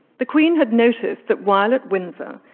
the queen had noticed that while at windsor,